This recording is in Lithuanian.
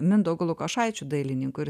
mindaugu lukošaičiu dailininku ir